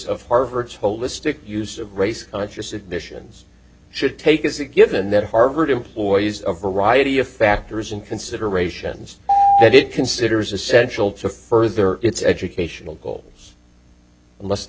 of harvard's holistic use of race conscious admissions should take as a given that harvard employees of araya be a factor as in considerations that it considers essential to further its educational goals unless the